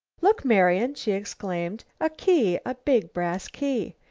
look, marian! she exclaimed. a key! a big brass key!